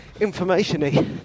information-y